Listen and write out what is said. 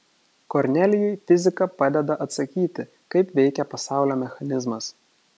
kornelijui fizika padeda atsakyti kaip veikia pasaulio mechanizmas